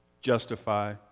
justify